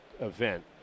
event